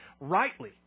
rightly